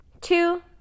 Two